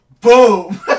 Boom